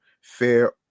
fair